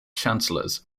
chancellors